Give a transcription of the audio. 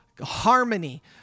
harmony